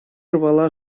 рвала